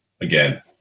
again